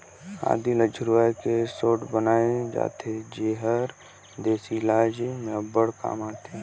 आदी ल झुरवाए के सोंठ बनाल जाथे जेहर देसी इलाज में अब्बड़ काम आथे